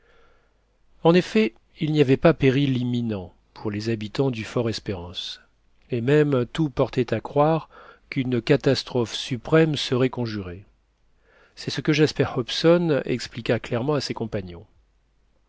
en effet il n'y avait pas péril imminent pour les habitants du fort espérance et même tout portait à croire qu'une catastrophe suprême serait conjurée c'est ce que jasper hobson expliqua clairement à ses compagnons